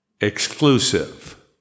exclusive